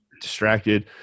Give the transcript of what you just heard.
distracted